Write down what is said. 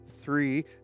three